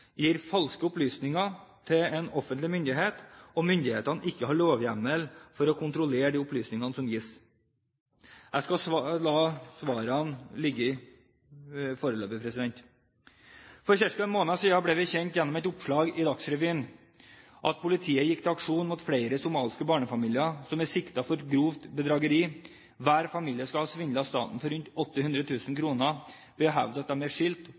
gir falske opplysninger til en offentlig myndighet, og myndighetene ikke har lovhjemmel for å kontrollere de opplysningene som gis. Jeg skal la svarene ligge foreløpig. For ca. en måned siden ble vi kjent med, gjennom et oppslag i Dagsrevyen, at politiet gikk til aksjon mot flere somaliske barnefamilier som er siktet for grovt bedrageri. Hver familie skal ha svindlet staten for rundt 800 000 kr ved å hevde at de er skilt,